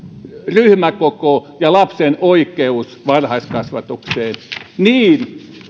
ryhmäkoko ja lapsen oikeus varhaiskasvatukseen